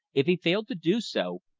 if he failed to do so,